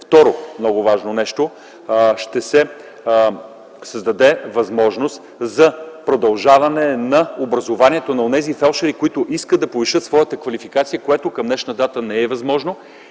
Второ, много важно нещо – ще се създаде възможност за продължаване на образованието на онези фелдшери, които искат да повишат своята квалификация, което към днешна дата не е възможно.